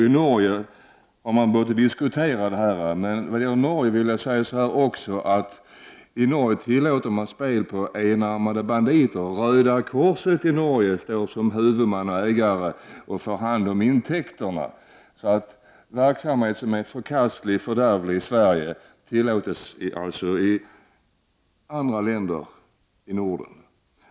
I Norge har man börjat diskutera frågan. I Norge tillåter man spel på enarmade banditer. Röda korset står som huvud man och får hand om intäkterna. Verksamhet som anses som förkastlig och fördärvlig i Sverige, tillåts således i andra länder i Norden.